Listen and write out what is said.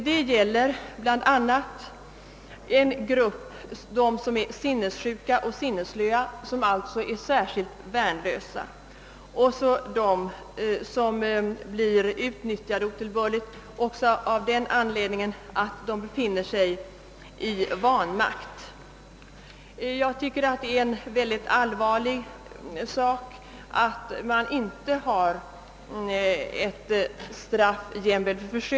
Det gäller bl.a. dem som är sinnessjuka och sinnesslöa, som alltså är särskilt värnlösa, samt dem som blir utnyttjade otillbörligt av den an ledningen att de befinner sig i vanmakt. Jag tycker det är en mycket allvarlig sak att man inte i detta fall har straff jämväl för försök.